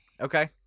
Okay